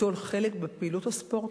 ליטול חלק בפעילות הספורט.